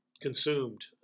consumed